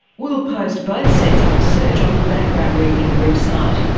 we'll post both sets of research on the background briefing website.